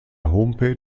homepage